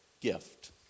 gift